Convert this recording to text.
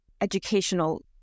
educational